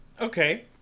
Okay